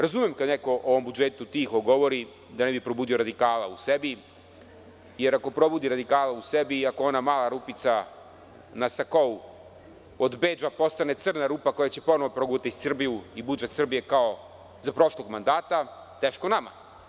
Razumem kada neko o budžetu tiho govori da ne bi probudio radikala u sebi, jer ako probudi radikala u sebi i ako ona mala rupica na sakou od bedža postane crna rupa koja će ponovo progutati Srbiju i budžet Srbije kao za prošlog mandata, teško nama.